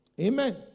Amen